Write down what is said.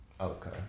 Okay